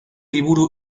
liburu